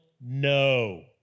No